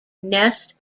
nest